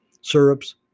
syrups